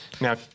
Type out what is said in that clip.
Now